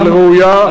אבל ראויה,